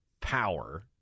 power